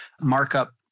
markup